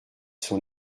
sont